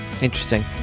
Interesting